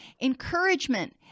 Encouragement